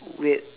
weird